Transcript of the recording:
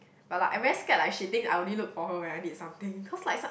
but like I very scared like she think I only look for her when I need something cause like some